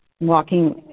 walking